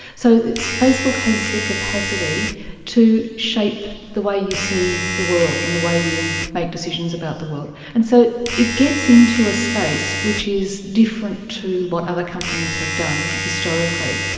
so facebook has the capacity to shape the way you see the world and the way you make decisions about the world. and so it gets into a space which is different to what other companies have done historically,